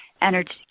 energy